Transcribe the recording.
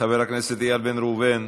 חבר הכנסת איל בן ראובן,